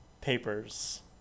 papers